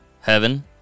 Heaven